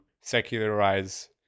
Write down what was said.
secularize